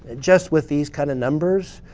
just with these kind of numbers.